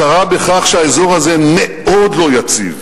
הכרה בכך שהאזור הזה מאוד לא יציב,